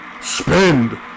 Spend